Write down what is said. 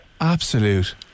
Absolute